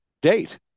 date